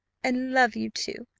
and love you too,